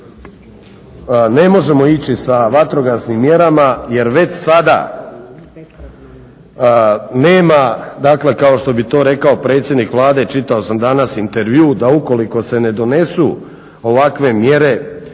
ne možemo ići sa vatrogasnim mjerama jer već sada nema, dakle kao što bi to rekao predsjednik Vlade, čitao sam danas intervju, da ukoliko se ne donesu ovakve mjere